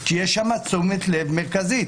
כי יש שם תשומת לב מרכזית.